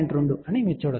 2 అని చూడవచ్చు